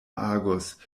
agus